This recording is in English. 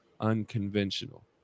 unconventional